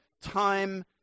time